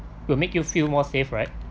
will make you feel more safe right